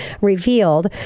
Revealed